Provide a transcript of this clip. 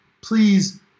Please